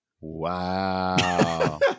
Wow